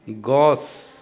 গছ